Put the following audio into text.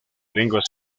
lengua